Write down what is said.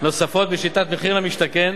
נוספות בשיטת מחיר למשתכן,